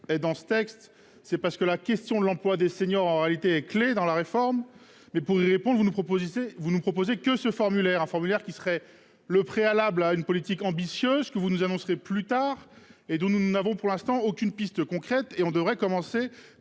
et dans ce texte, c'est parce que la question de l'emploi des seniors en réalité clé dans la réforme mais pour ponts vous nous proposez c'est vous nous proposez que ce formulaire, un formulaire qui serait le préalable à une politique ambitieuse que vous nous annoncerez plus tard et dont nous n'avons pour l'instant aucune piste concrète et on devrait commencer